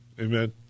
Amen